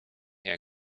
jak